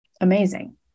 Amazing